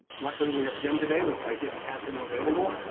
luckily we have jim today, but if i didn't have him available,